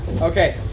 Okay